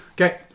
Okay